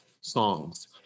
songs